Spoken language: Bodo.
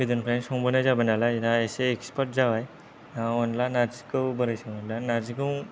गोदोनिफ्रायनो संबोनाय जाबाय नालाय दा एसे एक्सपार्ट जाबाय दा अनला नारजिखौ बोरै सङो दा नारजिखौ